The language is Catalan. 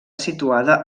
situada